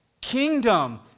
kingdom